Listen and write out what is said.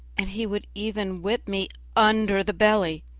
and he would even whip me under the belly,